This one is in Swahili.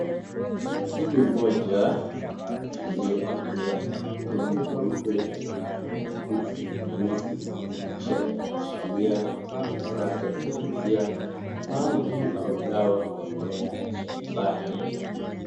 Mtu mmoja aliyevalia aproni nyeupe na boots nyeusi ,kisha ameshikilia kifaa cha kunyunyuzia maji au dawa kwa mimea shambani.